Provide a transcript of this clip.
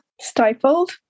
stifled